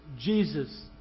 Jesus